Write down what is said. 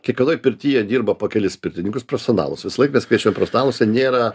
kiekvienoj pirty jie dirba po kelis pirtininkus profesonalus visą laik mes kviečiam profesonalus jie nėra